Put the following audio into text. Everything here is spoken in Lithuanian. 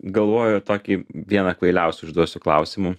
galvoju tokį vieną kvailiausių užduosiu klausimų